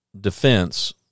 defense